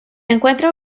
encuentra